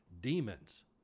demons